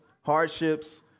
hardships